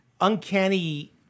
uncanny